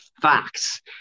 Facts